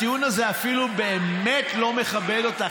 הטיעון הזה באמת לא מכבד אותך.